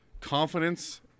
confidence